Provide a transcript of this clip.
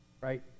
right